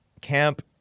camp